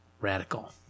radical